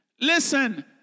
Listen